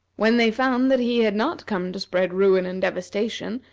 when they found that he had not come to spread ruin and devastation,